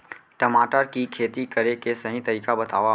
टमाटर की खेती करे के सही तरीका बतावा?